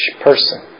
person